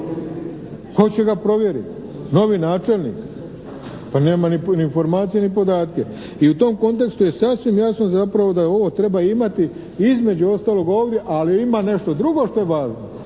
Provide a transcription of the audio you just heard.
On će ga provjerit. Novi načelnik. Pa nema ni informacije ni podatke, i u tom kontekstu je sasvim jasno zapravo da ovo treba imati između ostalog ovdje ali ima nešto drugo što je važno.